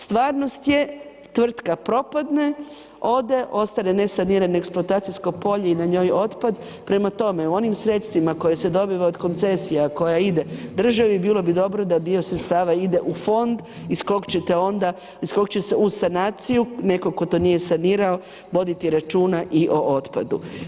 Stvarnost je tvrtka propadne, ode, ostane nesanirano eksploatacijsko polje i na njoj otpad, prema tome onim sredstvima koja se dobiva od koncesija koja ide državi, bilo bi dobro da dio sredstava ide u fond iz kojeg će se uz sanaciju nekog tko to nije sanirao, voditi računa i o otpadu.